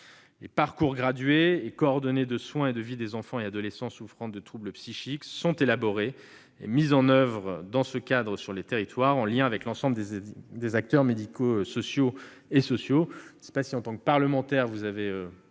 Les parcours gradués et coordonnés de soins et de vie des enfants et adolescents souffrant de troubles psychiques sont élaborés et mis en oeuvre dans ce cadre sur les territoires, en liaison avec l'ensemble des acteurs médico-sociaux et sociaux. Il est possible que, en votre qualité de parlementaires, vous ayez